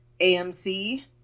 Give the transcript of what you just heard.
AMC